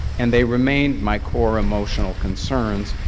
and they remain my core emotional concerns,